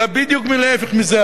אלא בדיוק ההיפך מזה.